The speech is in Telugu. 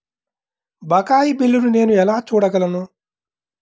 బకాయి బిల్లును నేను ఎలా చూడగలను?